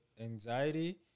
anxiety